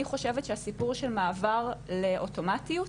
אני חושבת שהסיפור של מעבר לאוטומטיות,